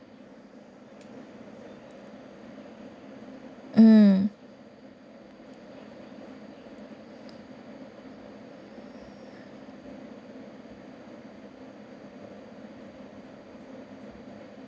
uh